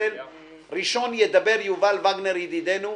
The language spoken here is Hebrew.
ראשון ידבר יובל וגנר ידידנו,